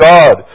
God